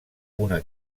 una